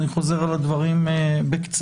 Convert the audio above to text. אני חוזר על הדברים בקצרה: